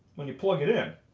when you plug it in.